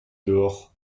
dehors